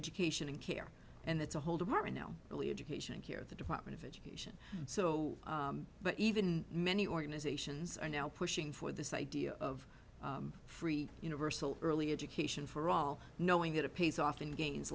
education and care and it's a whole department really education here the department of education so but even many organizations are now pushing for this idea of free universal early education for all knowing that a pays off in gains